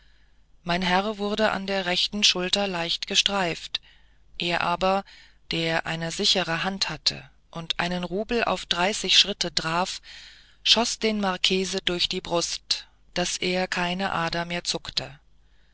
mein herr wurde an der rechten schulter leicht gestreift er aber der eine sichere hand hatte und einen rubel auf dreißig schritte traf schoß den marchese durch die brust daß er keine ader mehr zuckte